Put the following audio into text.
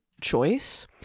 Choice